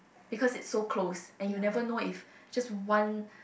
because it's so close and you never know if just one